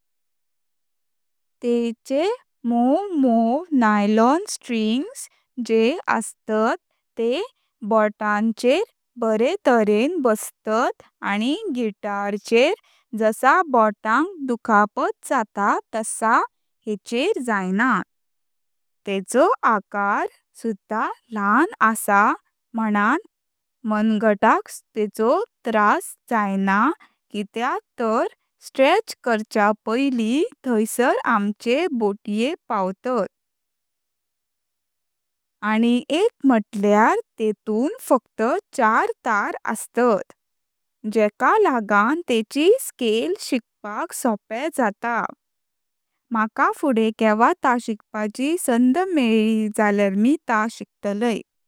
तेंचे म्वॉव म्वॉव नायलॉन स्ट्रिंग्स जे असत तें बोटांवर बरें तरीं बसत आठा आणि गिटार चेर जसां बोटांक दुःखापात जातां तसां हेचेर जैंनां। तेंचो आकार सुध्दा पुढें आस म्हुणण मांगाताक तेंचो त्रास जैंनां कित्यक तांर स्ट्रेच करच्या पईलि थांइसर आमचे बोटे पांवतात, आनीक एक मुळ्यार तेंतून फकत चार तार असतात, जेका लागत तेंची स्केल शिकपाक सोप्या जाता। मकां पुढे केव्हा तां शिकपाची सांड मेव्ली जाल्यार मी तां शिकटलय।